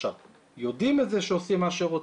עכשיו, יודעים את זה שעושים מה שרוצים.